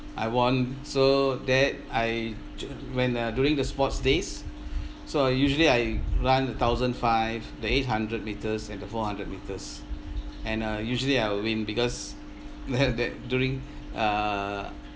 I won so that I ch~ uh went uh during the sports days so I usually I run a thousand five the eight hundred meters and the four hundred meters and uh usually I will win because you have that during uh